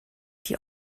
die